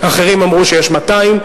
אחרים אמרו שיש ב-200,